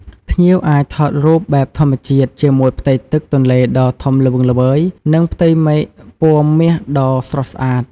ភ្ញៀវអាចថតរូបបែបធម្មជាតិជាមួយផ្ទៃទឹកទន្លេដ៏ធំល្វឹងល្វើយ និងផ្ទៃមេឃពណ៌មាសដ៏ស្រស់ស្អាត។